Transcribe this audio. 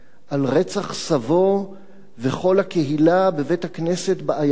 על רצח סבו וכל הקהילה בבית-הכנסת בעיירה,